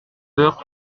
heures